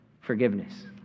Forgiveness